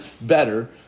better